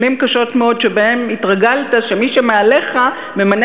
שנים קשות מאוד שבהן התרגלת שמי שמעליך ממנה